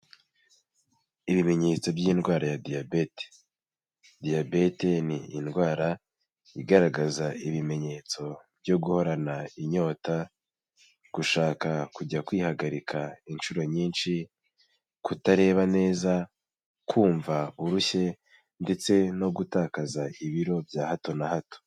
Ibimenyetso by'indwara ya Diyabete. Diyabete ni indwara igaragaza ibimenyetso byo guhorana inyota, gushaka kujya kwihagarika inshuro nyinshi, kutareba neza, kumva urushye ndetse no gutakaza ibiro bya hato na hato.